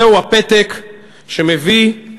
זהו הפתק שהביא,